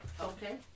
okay